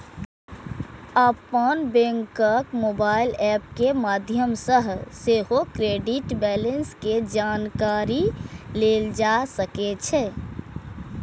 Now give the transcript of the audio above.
अपन बैंकक mobile app के माध्यम सं सेहो क्रेडिट बैंलेंस के जानकारी लेल जा सकै छै